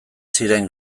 ziren